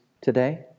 today